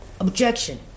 Objection